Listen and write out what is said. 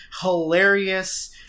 hilarious